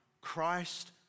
Christ